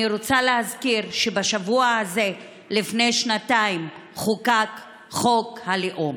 אני רוצה להזכיר שבשבוע הזה לפני שנתיים חוקק חוק הלאום.